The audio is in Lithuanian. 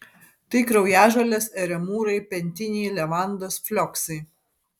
tai kraujažolės eremūrai pentiniai levandos flioksai